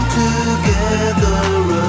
together